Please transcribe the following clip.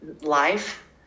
life